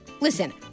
Listen